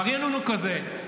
והרענון הוא כזה: